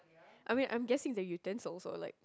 I mean I'm guessing is the utensils or like